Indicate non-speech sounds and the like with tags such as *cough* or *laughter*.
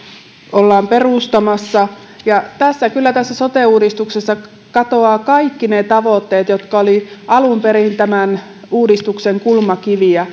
ollaan perustamassa kyllä tässä sote uudistuksessa katoavat kaikki ne tavoitteet jotka olivat alun perin tämän uudistuksen kulmakiviä *unintelligible*